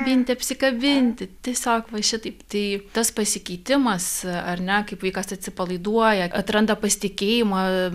minti apsikabinti tiesiog va šitaip tai tas pasikeitimas ar ne kaip vaikas atsipalaiduoja atranda pasitikėjimą